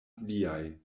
liaj